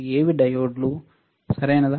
ఏవి డయోడ్లు సరియైనదా